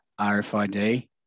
RFID